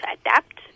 adapt